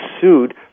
sued